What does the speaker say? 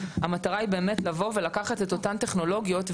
המטרה היא באמת לבוא ולקחת את אותן טכנולוגיות.